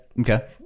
Okay